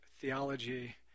theology